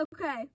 Okay